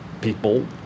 people